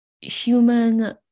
human